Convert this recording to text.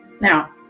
Now